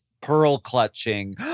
pearl-clutching